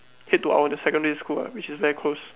head to our the secondary school ah which is very close